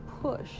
push